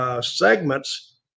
segments